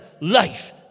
life